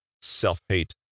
self-hate